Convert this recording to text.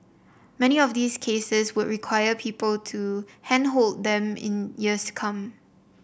many of these cases would require people to handhold them in years to come